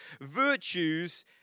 virtues